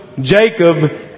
Jacob